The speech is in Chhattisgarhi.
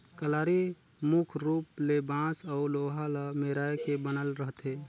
कलारी मुख रूप ले बांस अउ लोहा ल मेराए के बनल रहथे